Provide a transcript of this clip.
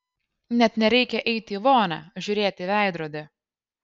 net nereikia eiti į vonią žiūrėti į veidrodį